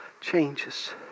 changes